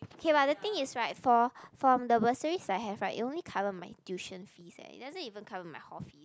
okay but the thing is right for from the bursaries I have right it only cover my tuition fees eh it doesn't even cover my whole fee